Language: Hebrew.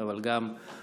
אבל גם האורחים.